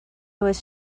was